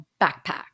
backpack